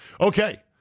Okay